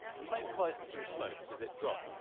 a plane flies through smoke, does it drop?